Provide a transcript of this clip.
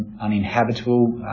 uninhabitable